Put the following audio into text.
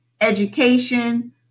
education